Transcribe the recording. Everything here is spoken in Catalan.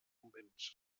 convents